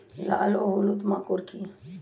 লাল ও হলুদ মাকর কী?